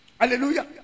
Hallelujah